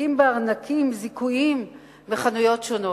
מחזיקים בארנקים זיכויים מחנויות שונות.